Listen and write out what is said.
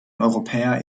europäer